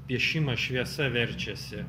piešimas šviesa verčiasi